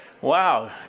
Wow